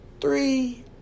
Three